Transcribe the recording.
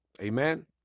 Amen